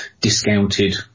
discounted